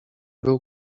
był